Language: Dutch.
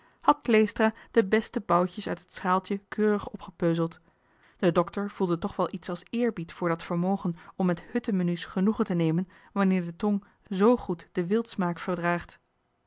kleestra de beste boutjes uit het schaaltje keurig opgepeuzeld de dokter voelde toch wel iets als eerbied voor dat vermogen om met huttemenu's genoegen te nemen wanneer de tong z goed den wildsmaak verdraagt